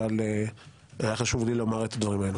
אבל היה חשוב לי לומר את הדברים האלו.